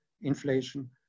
inflation